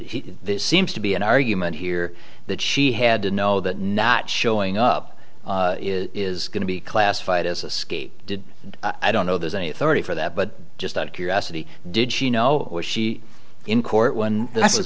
seems to be an argument here that she had to know that not showing up is going to be classified as a skate i don't know there's any authority for that but just out of curiosity did she know was she in court when this was